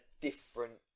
different